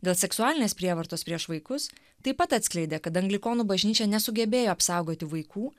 dėl seksualinės prievartos prieš vaikus taip pat atskleidė kad anglikonų bažnyčia nesugebėjo apsaugoti vaikų